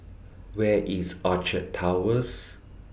Where IS Orchard Towers